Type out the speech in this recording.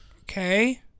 Okay